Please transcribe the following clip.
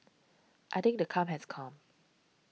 I think the come has come